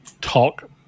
talk